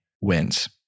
wins